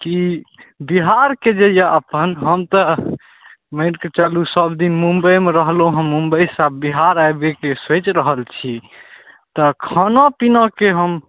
की बिहारके जे अइ अपन हम तऽ मानिकऽ चलू सबदिन मुम्बइमे रहलौँ हँ मुम्बइसँ बिहार आबैके सोचि रहल छी तऽ खाना पीनाके हम